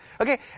Okay